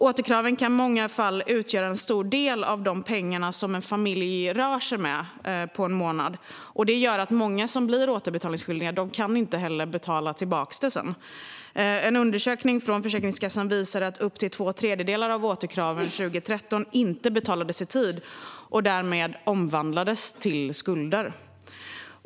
Återkraven kan i många fall motsvara en stor del av de pengar som en familj rör sig med på en månad, och det gör att många av dem som är återbetalningsskyldiga inte kan betala tillbaka. En undersökning från Försäkringskassan visar att upp till två tredjedelar av återkraven 2013 inte betalades i tid och därmed omvandlades till skulder.